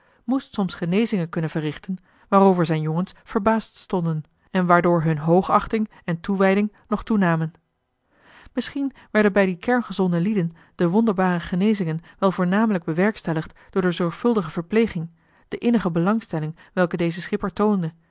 moest soms genezingen kunnen verrichten waarover zijn jongens verbaasd stonden en waardoor hun hoogachting en toewijding nog toenamen misschien werden bij die kerngezonde lieden de wonderbare genezingen wel voornamelijk bewerkstelligd door de zorgvuldige verpleging de innige belangstelling welke deze schipper toonde